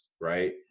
right